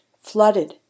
flooded